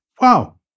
wow